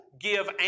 give